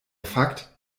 fakt